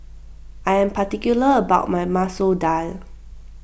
I am particular about my Masoor Dal